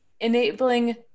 enabling